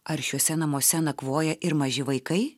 ar šiuose namuose nakvoja ir maži vaikai